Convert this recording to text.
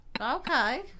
Okay